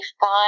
fine